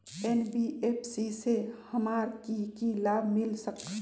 NBFC से हमार की की लाभ मिल सक?